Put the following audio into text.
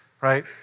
right